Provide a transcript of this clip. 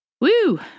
Woo